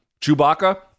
Chewbacca